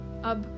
Now